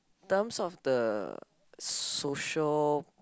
terms of the social